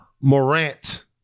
Morant